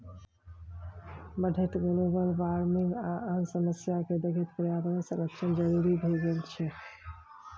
बढ़ैत global warming आ आन समस्या केँ देखैत पर्यावरण संरक्षण जरुरी भए गेल छै